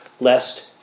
lest